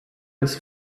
des